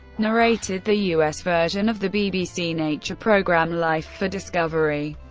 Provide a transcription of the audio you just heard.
narrated the us version of the bbc nature program life for discovery.